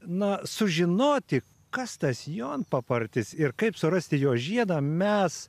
na sužinoti kas tas jonpapartis ir kaip surasti jo žiedą mes